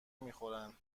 میخورن